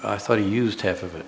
i thought he used half of it